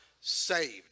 saved